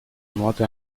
nuoto